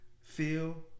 feel